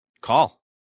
Call